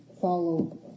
follow